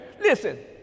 listen